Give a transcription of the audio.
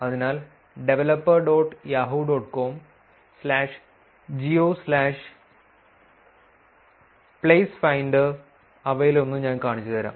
അതിനാൽ developer dot Yahoo dot com slash geo slash placefinder അവയിലൊന്ന് ഞാൻ കാണിച്ചുതരാം